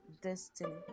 destiny